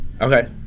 Okay